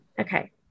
okay